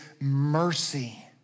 mercy